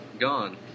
gone